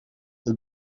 het